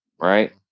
Right